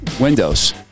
Windows